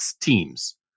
teams